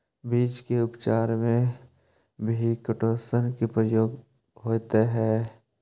बीज के उपचार में भी किटोशन के प्रयोग होइत हई